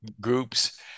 groups